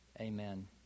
Amen